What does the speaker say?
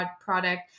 product